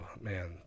man